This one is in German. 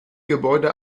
gebäude